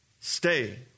stay